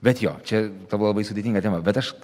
bet jo čia tavo labai sudėtinga tema bet aš